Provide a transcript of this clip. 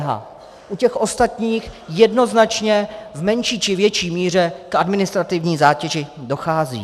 U těch ostatních jednoznačně v menší či větší míře k administrativní zátěži dochází.